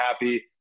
happy